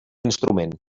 instrument